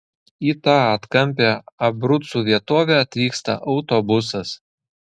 į tą atkampią abrucų vietovę atvyksta autobusas